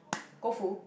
Koufu